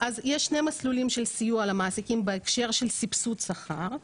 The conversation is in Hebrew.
יש שני מסלולים של סיוע למעסיקים בהקשר של סבסוד שכר,